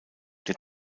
der